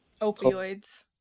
Opioids